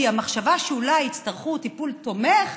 כי המחשבה שאולי יצטרכו טיפול תומך,